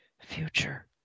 future